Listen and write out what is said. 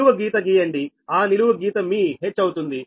నిలువు గీత గీయండి ఆ నిలువు గీత మీ h అవుతుంది